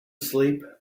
sleep